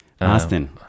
Austin